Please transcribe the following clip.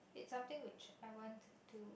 it something which I want to